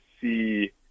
see